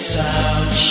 sound